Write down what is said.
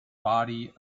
body